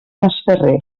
masferrer